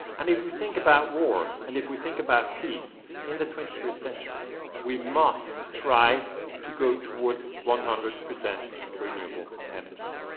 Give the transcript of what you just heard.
and if we think about war and we think about peace in the twenty first century we must try to go towards one hundred percent renewable energy.